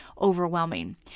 overwhelming